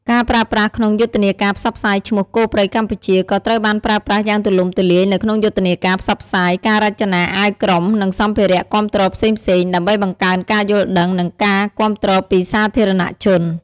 ការប្រើប្រាស់ក្នុងយុទ្ធនាការផ្សព្វផ្សាយឈ្មោះ "គោព្រៃកម្ពុជា" ក៏ត្រូវបានប្រើប្រាស់យ៉ាងទូលំទូលាយនៅក្នុងយុទ្ធនាការផ្សព្វផ្សាយ ការរចនាអាវក្រុម និងសម្ភារៈគាំទ្រផ្សេងៗ ដើម្បីបង្កើនការយល់ដឹង និងការគាំទ្រពីសាធារណជន។